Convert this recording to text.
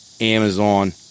Amazon